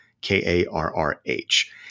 K-A-R-R-H